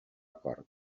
cort